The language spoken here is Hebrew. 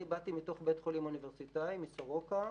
אני באתי מתוך בית החולים האוניברסיטאי, מסורוקה.